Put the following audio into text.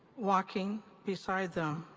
walking beside them.